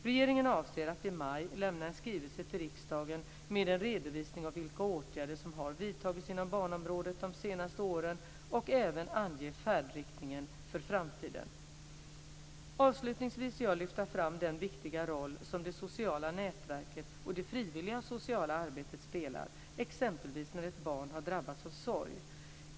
Regeringen avser att i maj lämna en skrivelse till riksdagen med en redovisning av vilka åtgärder som har vidtagits inom barnområdet under de senaste åren och även ange färdriktningen för framtiden. Avslutningsvis vill jag lyfta fram den viktiga roll som det sociala nätverket och det frivilliga sociala arbetet spelar, exempelvis när ett barn har drabbats av sorg.